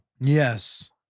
Yes